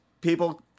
People